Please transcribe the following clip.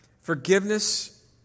Forgiveness